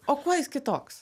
o kuo jis kitoks